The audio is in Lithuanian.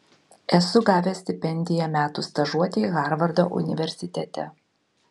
esu gavęs stipendiją metų stažuotei harvardo universitete